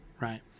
Right